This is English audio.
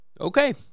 Okay